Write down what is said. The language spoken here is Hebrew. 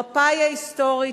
מפא"י ההיסטורית,